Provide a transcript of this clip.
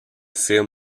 film